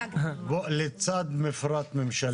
לצד מפרט ממשלתי.